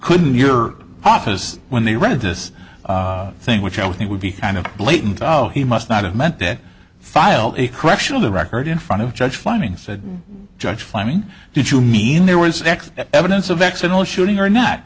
couldn't your office when they read this thing which i think would be kind of blatant oh he must not have meant that file a correction of the record in front of judge finding said judge finding did you mean there were sex evidence of accidental shooting or not